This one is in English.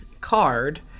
card